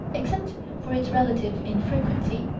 except for its relative infrequency,